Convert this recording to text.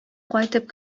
кайтып